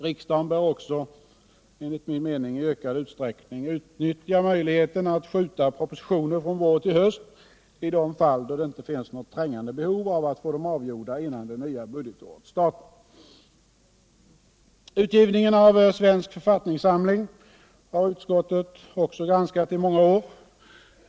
Riksdagen bör enligt min mening också i ökad utsträckning utnyttja möjligheten att uppskjuta behandling av propositioner från vår till höst i de fall då det inte finns något trängande behov av att få dem avgjorda innan det nya budgetåret startar. Utgivningen av Svensk författningssamling har utskottet också granskat i många år.